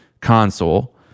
console